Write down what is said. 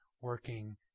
working